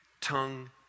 tongue